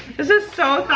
this is so